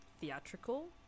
theatrical